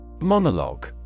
Monologue